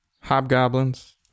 hobgoblins